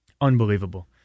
Unbelievable